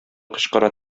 кычкыра